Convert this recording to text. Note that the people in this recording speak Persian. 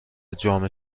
جامعه